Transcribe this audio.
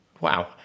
Wow